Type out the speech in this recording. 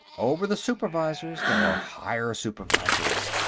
over the supervisors, there are higher supervisors.